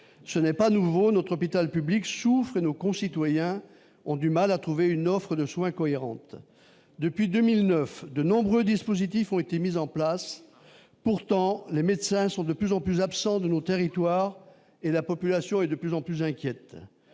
ce n'est pas nouveau notre pital public souffrent nos concitoyens ont du mal à trouver une offre de soins cohérente depuis 2009, de nombreux dispositifs ont été mis en place, pourtant, les médecins sont de plus en plus absent de nos territoires et la population est de plus en plus inquiète,